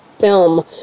film